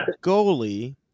Goalie